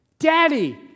Daddy